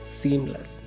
seamless